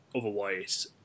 otherwise